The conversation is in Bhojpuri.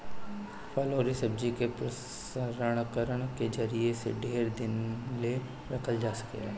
फल अउरी सब्जी के प्रसंस्करण के जरिया से ढेर दिन ले रखल जा सकेला